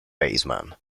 baseman